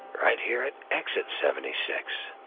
right here at exit seventy six.